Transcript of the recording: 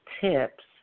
tips